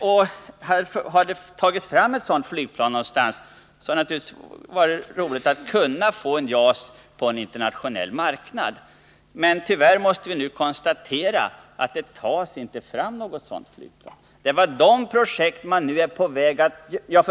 Vi behövde alltså få ett JAS-flygplan från den internationella marknaden, men tyvärr måste vi konstatera att det inte tas fram något sådant flygplan.